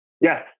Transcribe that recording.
Yes